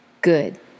good